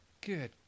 good